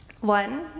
One